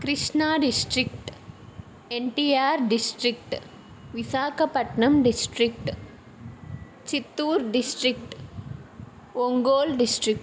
Krishna district NTR district Visakhapatnam district Chittoor district Ongole district